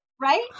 right